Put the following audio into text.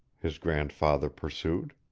his grandfather pursued.